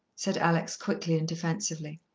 said alex quickly and defensively.